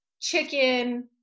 chicken